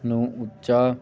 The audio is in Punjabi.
ਨੂੰ ਉੱਚਾ